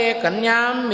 Kanyam